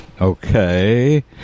Okay